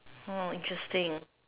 oh interesting